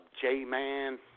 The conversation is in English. J-Man